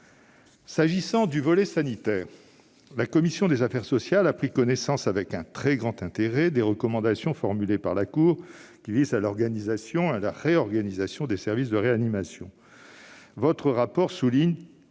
S'agissant du volet sanitaire, la commission a pris connaissance avec un très grand intérêt des recommandations formulées par la Cour visant à la réorganisation des services de réanimation. Votre rapport souligne,